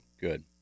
Good